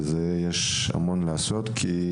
יש המון מה לעשות לגבי זה,